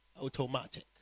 Automatic